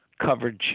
coverage